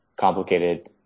complicated